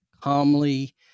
calmly